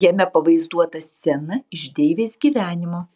jame pavaizduota scena iš deivės gyvenimo